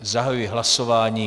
Zahajuji hlasování.